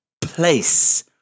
place